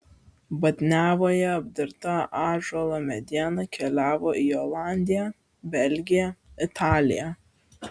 batniavoje apdirbta ąžuolo mediena keliavo į olandiją belgiją italiją